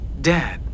Dad